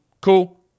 Cool